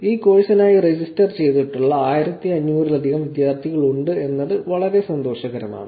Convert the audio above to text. ഈ കോഴ്സിനായി രജിസ്റ്റർ ചെയ്തിട്ടുള്ള 1500 ലധികം വിദ്യാർത്ഥികൾ ഉണ്ട് എന്നത് വളരെ സന്തോഷകരമാണ്